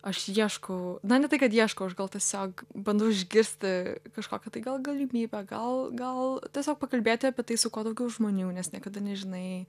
aš ieškau na ne tai kad ieškau aš gal tiesiog bandau išgirsti kažkokią tai gal galimybę gal gal tiesiog pakalbėti apie tai su kuo daugiau žmonių nes niekada nežinai